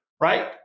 right